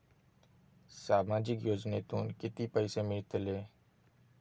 सामाजिक योजनेतून किती पैसे मिळतले?